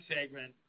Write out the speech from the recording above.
segment